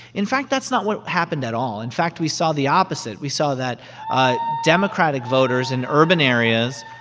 in fact, that's not what happened at all. in fact, we saw the opposite. we saw that ah democratic voters in urban areas,